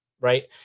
right